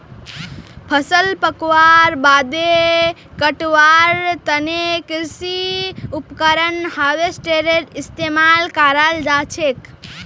फसल पकवार बादे कटवार तने कृषि उपकरण हार्वेस्टरेर इस्तेमाल कराल जाछेक